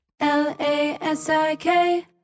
L-A-S-I-K